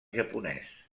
japonès